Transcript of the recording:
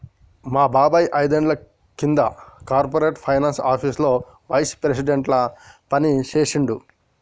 మా బాబాయ్ ఐదేండ్ల కింద కార్పొరేట్ ఫైనాన్స్ ఆపీసులో వైస్ ప్రెసిడెంట్గా పనిజేశిండు